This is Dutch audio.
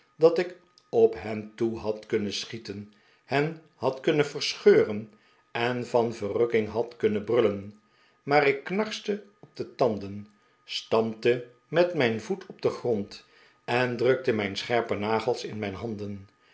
dat ik op hen toe had khnnen schieten hen had kunnen verscheuren en van verukking had kunnen brullen maar ik knarste op de tanden stamp te met mijn voet op den grond en drukte mijn scherpe nagels in mijn handen